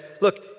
look